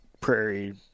prairie